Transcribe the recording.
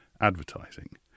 advertising